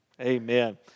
Amen